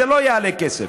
זה לא יעלה כסף,